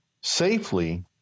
safely